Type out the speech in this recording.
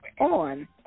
on